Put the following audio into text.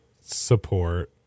support